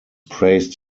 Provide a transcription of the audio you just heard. praised